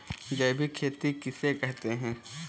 जैविक खेती किसे कहते हैं?